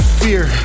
fear